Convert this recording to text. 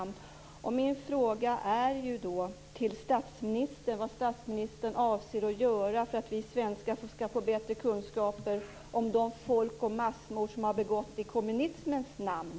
Min fråga till statsministern är: Vad avser statsministern att göra för att vi svenskar skall få bättre kunskaper om de folk och massmord som har begåtts i kommunismens namn?